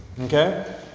Okay